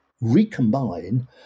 recombine